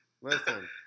listen